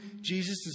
Jesus